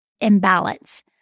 imbalance